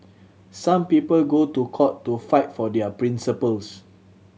some people go to court to fight for their principles